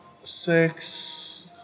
six